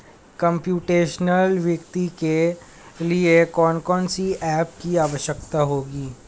Computational वित्त के लिए कौन कौन सी एप की आवश्यकता होगी?